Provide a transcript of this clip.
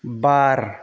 बार